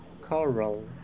coral